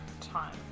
time